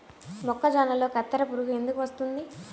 మొక్కజొన్నలో కత్తెర పురుగు ఎందుకు వస్తుంది?